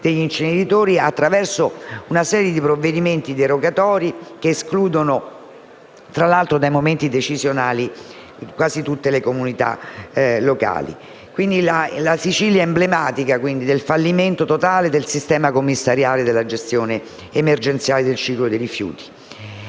degli inceneritori attraverso una serie di provvedimenti derogatori, che escludono - tra l'altro - dai momenti decisionali quasi tutte le comunità locali. Quindi la Sicilia è emblematica del fallimento totale del sistema commissariale della gestione emergenziale del ciclo dei rifiuti.